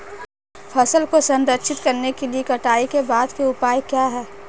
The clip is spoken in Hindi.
फसल को संरक्षित करने के लिए कटाई के बाद के उपाय क्या हैं?